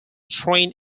train